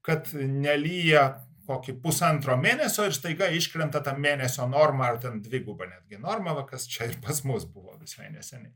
kad nelyja kokį pusantro mėnesio ir staiga iškrenta ta mėnesio norma ar ten dviguba netgi norma va kas čia ir pas mus buvo visai neseniai